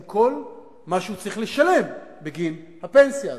עם כל מה שצריך לשלם בגין הפנסיה הזאת.